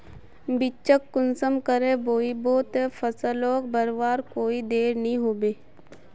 बिच्चिक कुंसम करे बोई बो ते फसल लोक बढ़वार कोई देर नी होबे?